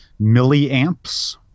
milliamps